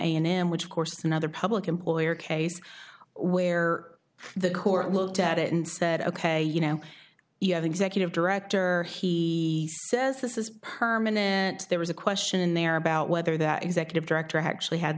m which of course another public employee or case where the court looked at it and said ok you know you have executive director he says this is permanent there was a question in there about whether that executive director actually had